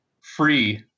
free